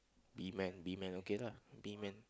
B man B man okay lah B man